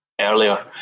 earlier